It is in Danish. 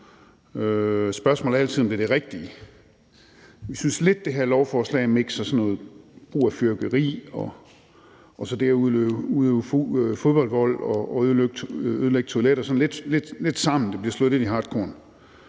Spørgsmålet er altid, om det er det rigtige. Jeg synes lidt, at det her lovforslag sådan blander brug af fyrværkeri og så det at udøve fodboldvold og ødelægge toiletter lidt sammen, det bliver slået lidt i hartkorn.